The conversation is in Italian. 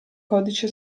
codice